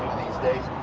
these days,